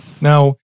Now